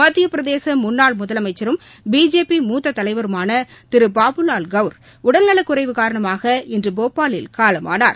மத்தியப்பிரதேச முன்னாள் முதலமைச்சரும் பிஜேபி மூத்த தலைவருமான திரு பாபுவால் கவுர் உடல் நலக்குறைவு காரணமாக இன்று போபாலில் காலமானார்